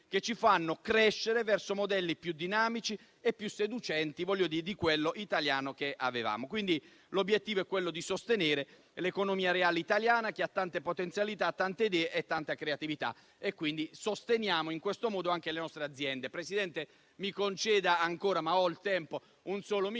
crescere il nostro Paese verso modelli più dinamici e più seducenti di quello che avevamo. L'obiettivo è quello di sostenere l'economia reale italiana che ha tante potenzialità, tante idee e tanta creatività, sostenendo in questo modo anche le nostre aziende.